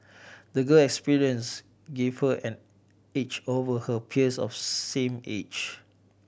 the girl's experiences gave her an edge over her peers of same age